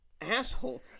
asshole